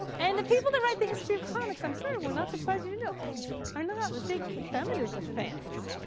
and the people that write the history of comics i'm sorry, it will not surprise you to know are not big feminism fans.